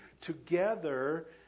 together